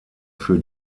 für